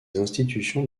institutions